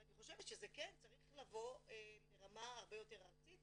ואני חושבת שצריך לבוא ולרמה הרבה יותר ארצית